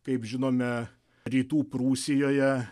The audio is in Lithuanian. kaip žinome rytų prūsijoje